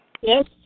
Yes